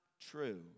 true